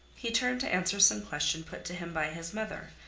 he turned to answer some question put to him by his mother,